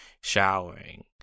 showering